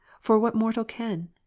for what mortal can?